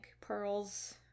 Pearls